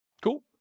Cool